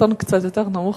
בטון קצת יותר נמוך,